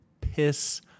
piss